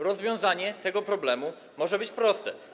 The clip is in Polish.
Rozwiązanie tego problemu może być proste.